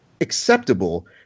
acceptable